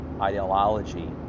ideology